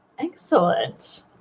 Excellent